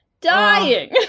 Dying